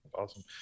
Awesome